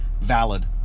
valid